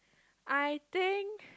I think